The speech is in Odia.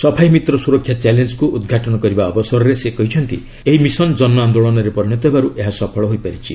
ସଫାଇ ମିତ୍ର ସୁରକ୍ଷା ଚ୍ୟାଲେଞ୍ଜକୁ ଉଦ୍ଘାଟନ କରିବା ଅବସରରେ ସେ କହିଛନ୍ତି ଏହି ମିଶନ୍ ଜନଆନ୍ଦୋଳନରେ ପରିଣତ ହେବାରୁ ଏହା ସଫଳ ହୋଇପାରିଛି